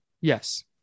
Yes